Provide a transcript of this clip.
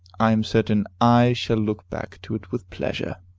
i am certain i shall look back to it with pleasure.